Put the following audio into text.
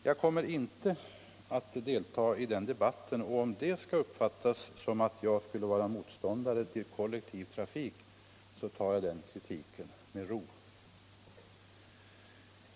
Jag kommer inte att delta i den debatten, och om det skall uppfattas som att jag skulle vara motståndare till kollektivtrafik så tar jag den kritiken med ro.